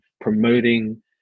promoting